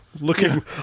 looking